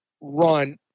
run